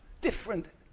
different